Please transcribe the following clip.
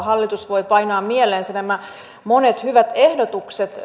hallitus voi painaa mieleensä nämä monet hyvät ehdotukset